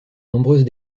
nombreuses